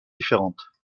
différentes